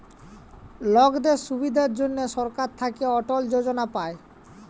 লকদের সুবিধার জনহ সরকার থাক্যে অটল যজলা পায়